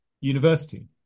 university